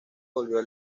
volvió